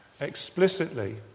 explicitly